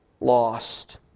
lost